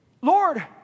Lord